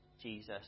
Jesus